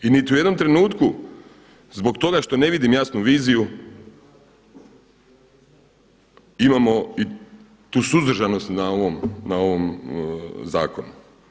I niti u jednom trenutku zbog toga što ne vidim jasnu viziju imamo i tu suzdržanost na ovom zakonu.